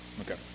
Okay